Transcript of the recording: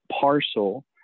parcel